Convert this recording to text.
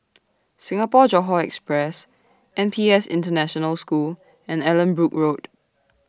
Singapore Johore Express N P S International School and Allanbrooke Road